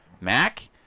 mac